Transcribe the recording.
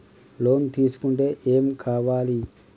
Loan తీసుకుంటే ఏం కావాలి?